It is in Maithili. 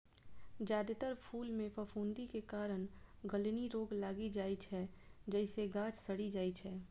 जादेतर फूल मे फफूंदी के कारण गलनी रोग लागि जाइ छै, जइसे गाछ सड़ि जाइ छै